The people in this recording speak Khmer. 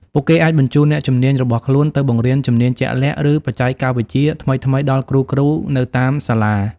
ពួកគេអាចបញ្ជូនអ្នកជំនាញរបស់ខ្លួនទៅបង្រៀនជំនាញជាក់លាក់ ឬបច្ចេកវិទ្យាថ្មីៗដល់គ្រូៗនៅតាមសាលា។